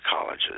colleges